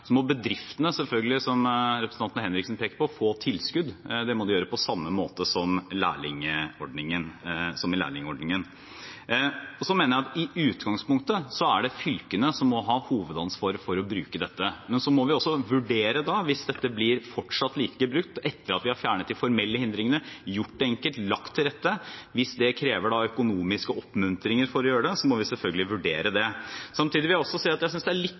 Så må selvfølgelig bedriftene, som representanten Henriksen peker på, få tilskudd. Det må de gjøre på samme måte som i lærlingordningen. Så mener jeg at i utgangspunktet er det fylkene som må ha hovedansvaret for å bruke dette. Men hvis dette – etter at vi har fjernet de formelle hindringene, gjort det enkelt, lagt til rette – fortsatt blir lite brukt, og det krever økonomiske oppmuntringer for å bli gjort, må vi selvfølgelig vurdere det. Samtidig vil jeg også si at det er litt